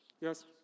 Yes